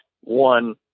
one